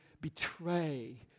betray